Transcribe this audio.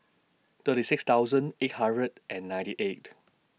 thirty six thousand eight hundred and ninety eight